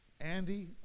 Andy